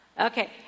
Okay